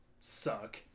suck